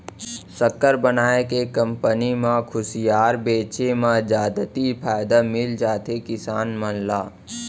सक्कर बनाए के कंपनी म खुसियार बेचे म जादति फायदा मिल जाथे किसान मन ल